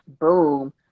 boom